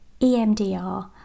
EMDR